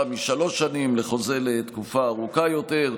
משלוש שנים לחוזה לתקופה ארוכה יותר.